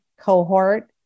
cohort